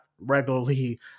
regularly